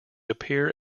appear